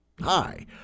Hi